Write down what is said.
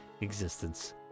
existence